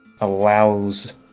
allows